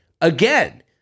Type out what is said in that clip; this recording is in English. again